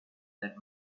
that